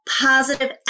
positive